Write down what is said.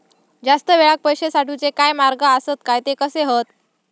जास्त वेळाक पैशे साठवूचे काय मार्ग आसत काय ते कसे हत?